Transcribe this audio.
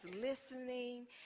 listening